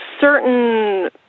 certain